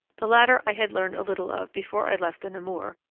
the latter i had learned a little of before i left the namur,